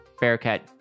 Bearcat